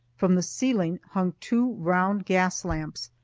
from the ceiling hung two round gas lamps,